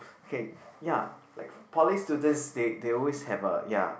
okay ya like poly students they they always have a ya